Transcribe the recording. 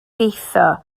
lleisiau